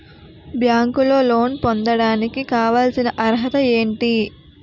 బ్యాంకులో లోన్ పొందడానికి కావాల్సిన అర్హత ఏంటి?